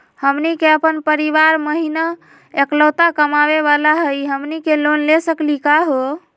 हमनी के अपन परीवार महिना एकलौता कमावे वाला हई, हमनी के लोन ले सकली का हो?